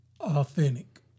authentic